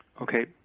Okay